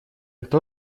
кто